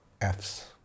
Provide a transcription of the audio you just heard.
F's